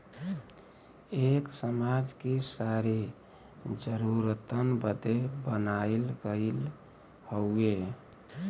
एक समाज कि सारी जरूरतन बदे बनाइल गइल हउवे